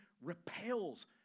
repels